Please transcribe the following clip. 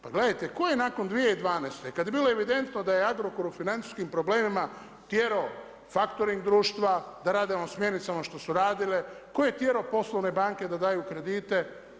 Pa gledajte tko je nakon 2012. kad je bilo evidentno da je Agrokor u financijskim problemima tjerao faktoring društva, da rade s mjenicama što su radile, tko je tjerao poslovne banke da daju kredite.